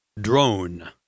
drone